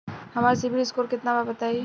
हमार CIBIL score केतना बा बताईं?